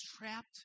trapped